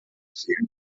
fehlen